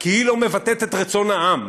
כי היא לא מבטאת את רצון העם.